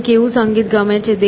તમને કેવું સંગીત ગમે છે